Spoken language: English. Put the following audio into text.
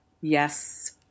yes